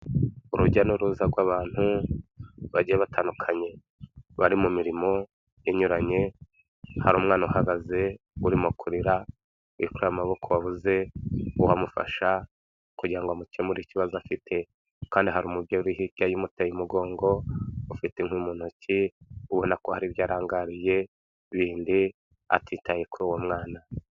Urujya n'uruza rw'abantu bagiye batandukanye, bari mu mirimo inyuranye, hari umwana uhagaze urimo kurira, wikoreye amaboko wabuze uwamufasha kugira ngo amukemurire ikibazo afite, kandi hari umubyeyi uri hirya ye umuteye umugongo, ufite inkwi mu ntoki ubona ko hari ibyo arangariye bindi, atitaye kuri uwo mwana.